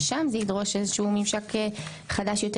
ששם זה ידרוש איזה שהוא ממשק חדש יותר